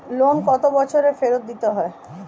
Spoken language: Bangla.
লোন কত বছরে ফেরত দিতে হয়?